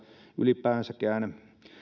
ylipäänsäkään